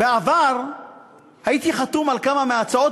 בעבר הייתי חתום על כמה מההצעות,